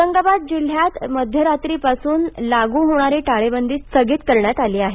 औरंगाबाद जिल्ह्यात मध्यरात्रीपासून लागू होणारी टाळेबंदी स्थगित करण्यात आली आहे